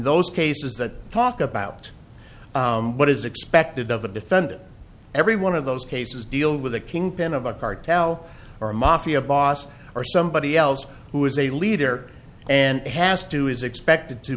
those cases that talk about what is expected of the defendant every one of those cases deal with the kingpin of a cartel or a mafia boss or somebody else who is a leader and has to do is expected to